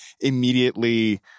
immediately –